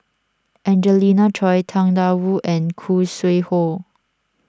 Angelina Choy Tang Da Wu and Khoo Sui Hoe